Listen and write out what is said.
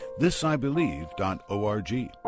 thisibelieve.org